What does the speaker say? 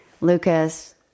lucas